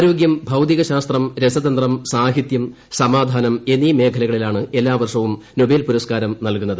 ആരോഗ്യം ഭൌതികശാസ്ത്രം രസതന്ത്രം സാഹിത്യം സമാധാനം എന്നീ മേഖലകളിലാണ് എല്ലാ വർഷ്ടപ്പും നൊബേൽ പുരസ്കാരം നൽകുന്നത്